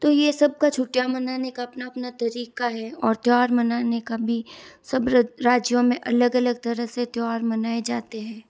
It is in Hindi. तो यह सब का छुट्टियाँ मनाने का अपना अपना तरीका है और त्योहार मनाने का भी सब राज्यों में अलग अलग तरह से त्योहार मनाए जाते हैं